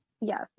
Yes